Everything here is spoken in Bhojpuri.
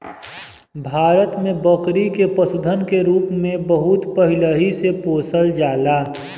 भारत में बकरी के पशुधन के रूप में बहुत पहिले से पोसल जाला